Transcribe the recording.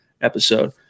episode